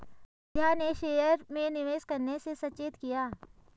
संध्या ने शेयर में निवेश करने से सचेत किया